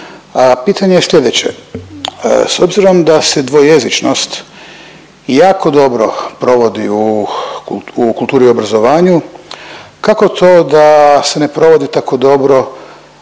pitanje je sljedeće. S obzirom da se dvojezičnost jako dobro provodi u kulturi i obrazovanju, kako to da se ne provodi tako dobro u javnom